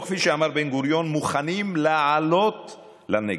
או כפי שאמר בן-גוריון, מוכנים לעלות לנגב.